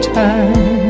time